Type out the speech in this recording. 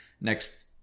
next